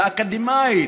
האקדמית.